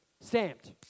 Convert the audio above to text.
Stamped